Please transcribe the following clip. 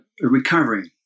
recovering